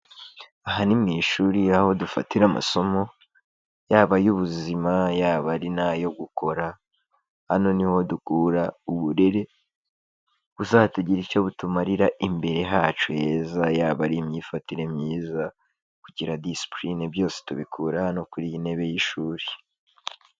Aha ni mu ishuri aho dufatira amasomo yaba ay'ubuzima, yaba ari n'ayo gukora, hano ni ho dukura uburere buzatugirira icyo butumarira imbere hacu heza, yaba ari imyifatire myiza, kugira disipurine, byose tubikura hano kuri iyi ntebe y'ishuri.